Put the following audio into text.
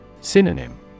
Synonym